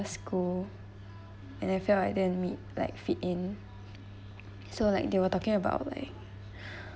school and then I felt like I didn't meet like fit in so like they were talking about like